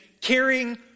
carrying